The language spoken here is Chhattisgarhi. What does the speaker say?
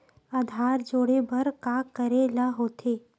आधार जोड़े बर का करे ला होथे?